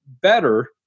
better